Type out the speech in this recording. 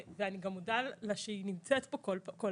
ואני גם מודה לה שהיא נמצאת פה כל הזמן,